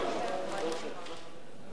בבקשה.